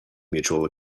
mutual